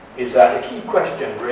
is that the key question, really,